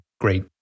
great